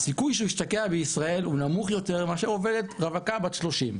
הסיכוי שהוא ישתקע בישראל הוא נמוך יותר מאשר עובדת רווקה בת 30,